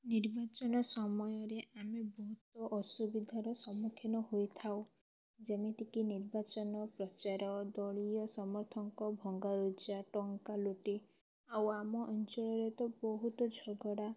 ନିର୍ବାଚନ ସମୟରେ ଆମେ ବହୁତ ଅସୁବିଧାର ସମ୍ମୁଖୀନ ହୋଇଥାଉ ଯେମିତିକି ନିର୍ବାଚନ ପ୍ରଚାର ଦଳୀୟ ସମର୍ଥଙ୍କ ଭଙ୍ଗାରୁଜା ଟଙ୍କା ଲୁଟି ଆଉ ଆମ ଅଞ୍ଚଳରେ ତ ବହୁତ ଝଗଡ଼ା